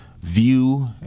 view